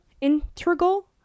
integral